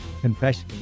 confession